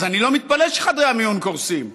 אז אני לא מתפלא שחדרי המיון קורסים.